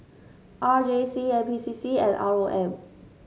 R J C N P C C and R O M